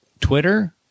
Twitter